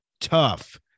tough